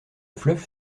fleuve